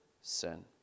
sin